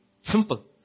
Simple